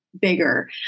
bigger